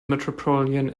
metropolitan